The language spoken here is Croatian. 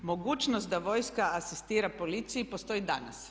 Mogućnost da vojska asistira policiji postoji i danas.